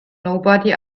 nobody